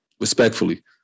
respectfully